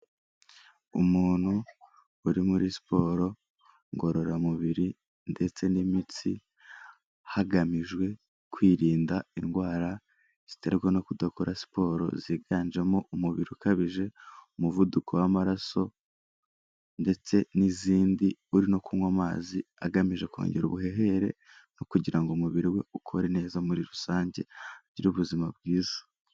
Umuntu uri muri siporo ngororamubiri ndetse n'imitsi, hagamijwe kwirinda indwara ziterwa no kudakora siporo, ziganjemo umubiri ukabije, umuvuduko w'amaraso ndetse n'izindi uri no kunywa amazi, agamije kongera ubuhehere no kugira ngo umubiri we ukore neza muri rusange, agire ubuzima bwiza.